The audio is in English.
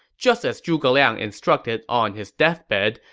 just as zhuge liang instructed on his deathbed,